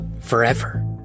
forever